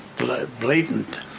blatant